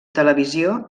televisió